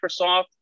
Microsoft